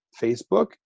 Facebook